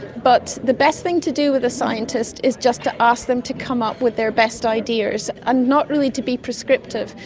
but the best thing to do with a scientist is just to ask them to come up with their best ideas and not really to be prescriptive.